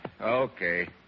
Okay